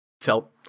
felt